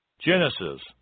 Genesis